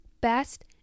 best